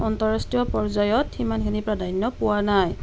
আন্তঃৰাষ্ট্ৰীয় পৰ্যায়ত সিমানখিনি প্ৰাধান্য পোৱা নাই